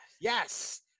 Yes